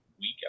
week